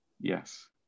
yes